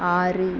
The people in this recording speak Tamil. ஆறு